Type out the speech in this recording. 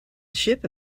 ship